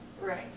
right